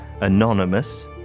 anonymous